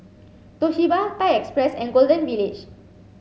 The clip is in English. Toshiba Thai Express and Golden Village